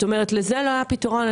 לזה לא היה פתרון.